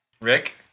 Rick